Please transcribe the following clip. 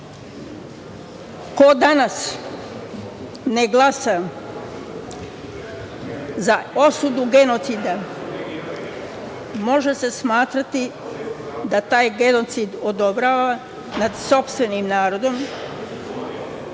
danas ne glasa za osudu genocida može se smatrati da taj genocid odobrava nad sopstvenim narodom.